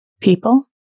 people